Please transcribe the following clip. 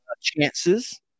chances